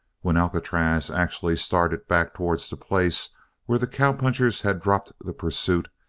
when alcatraz actually started back towards the place where the cowpunchers had dropped the pursuit,